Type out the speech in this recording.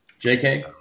JK